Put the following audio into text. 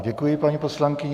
Děkuji, paní poslankyně.